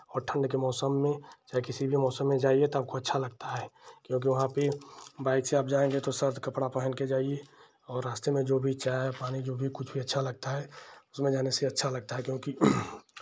और ठंड के मौसम में चाहे किसी भी मौसम में जाइए तो आपको अच्छा लगता है क्योंकि वहाँ पे बाइक से आप जाएँगे तो सर्द कपड़ा पहन के जाइए और रास्ते में जो भी चाय पानी जो भी कुछ भी अच्छा लगता है उसमें जाने से अच्छा लगता है क्योंकि